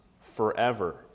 forever